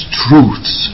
truths